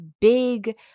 big